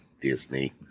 Disney